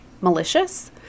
malicious